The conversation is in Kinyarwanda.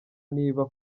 niba